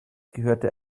gehörte